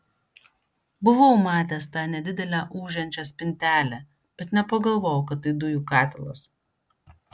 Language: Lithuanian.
buvau matęs tą nedidelę ūžiančią spintelę bet nepagalvojau kad tai dujų katilas